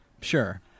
Sure